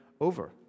over